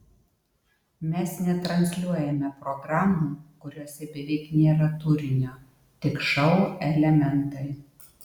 mes netransliuojame programų kuriose beveik nėra turinio tik šou elementai